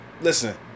Listen